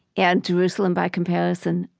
and jerusalem, by comparison,